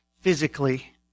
physically